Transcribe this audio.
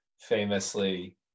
famously